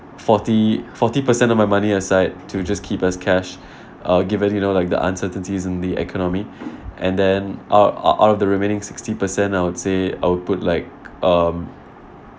forty forty percent of my money aside to just keep as cash uh given you know like the uncertainties in the economy and then out out of the remaining sixty percent I would say I would put like um